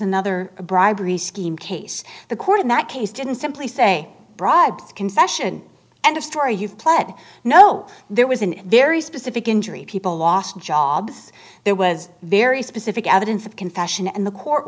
another bribery scheme case the court in that case didn't simply say bribes concession end of story you've pled no there was an very specific injury people lost jobs there was very specific evidence of confession and the court